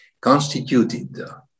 constituted